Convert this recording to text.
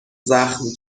زخم